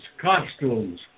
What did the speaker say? costumes